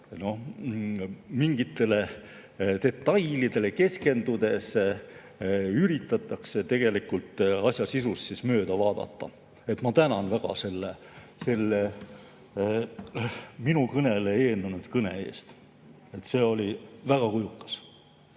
mingitele detailidele keskendudes üritatakse tegelikult asja sisust mööda vaadata. Ma tänan väga minu kõnele eelnenud kõne eest. See oli väga kujukas.